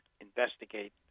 investigate